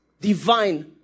divine